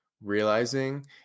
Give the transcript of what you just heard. realizing